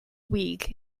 week